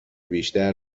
بیشتر